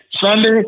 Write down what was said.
Sunday